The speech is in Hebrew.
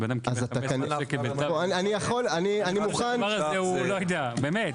הדבר הזה הוא, לא יודע, באמת.